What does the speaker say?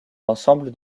l’ensemble